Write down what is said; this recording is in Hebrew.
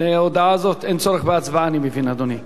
על הודעה זו אין צורך בהצבעה, אני מבין, אדוני.